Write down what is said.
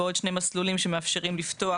ועוד שני מסלולים שמאפשרים לפתוח,